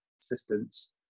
assistance